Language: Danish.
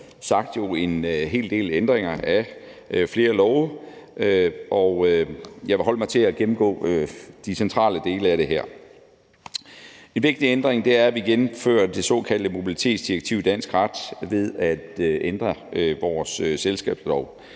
har været sagt, en hel del ændringer af flere love, og jeg vil holde mig til at gennemgå de centrale dele af det her. En vigtig ændring er, at vi gennemfører det såkaldte mobilitetsdirektiv i dansk ret ved at ændre vores selskabslov.